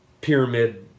pyramid